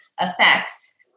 effects